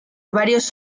varios